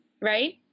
right